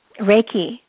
Reiki